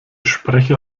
sprecher